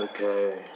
Okay